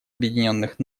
объединенных